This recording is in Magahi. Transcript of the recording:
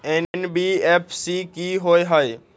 एन.बी.एफ.सी कि होअ हई?